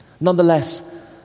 Nonetheless